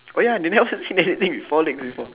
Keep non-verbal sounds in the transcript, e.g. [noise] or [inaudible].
oh ya they [laughs] never even seen anything with four legs before